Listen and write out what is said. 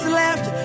left